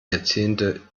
jahrzehnte